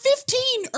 Fifteen